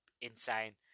insane